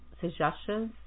suggestions